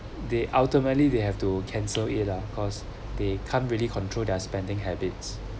they ultimately they have to cancel it lah cause they can't really control their spending habits